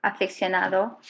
Aficionado